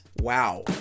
Wow